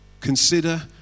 Consider